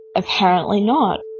apparently not.